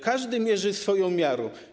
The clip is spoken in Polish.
Każdy mierzy swoją miarą.